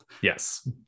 Yes